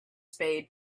spade